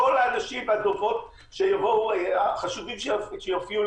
שיבואו כל האנשים והדוברים החשובים שהופיעו.